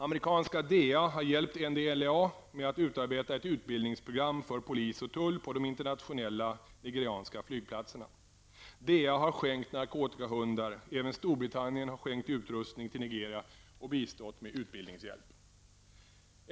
Amerikanska DEA har hjälpt NDLEA med att utarbeta ett utbildningsprogram för polis och tull på de internationella nigerianska flygplatserna. DEA har skänkt narkotikahundar. Även Storbritannien har skänkt utrustning till Nigeria och bistått med utbildningshjälp.